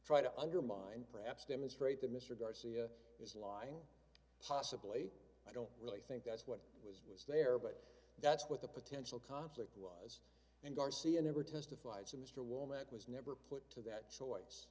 try to undermine perhaps demonstrate that mr garcia is lying possibly i don't really think that's what was was there but that's what the potential conflict and garcia never testified so mr womack was never that choice